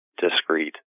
discrete